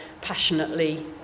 passionately